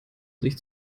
sich